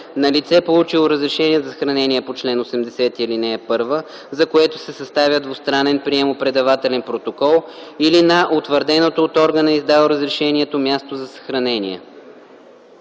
на лице, получило разрешение за съхранение по чл. 80, ал. 1, за което се съставя двустранен приемо-предавателен протокол или на утвърденото от органа, издал разрешението, място за съхранение.”